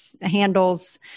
handles